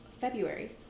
February